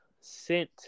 sent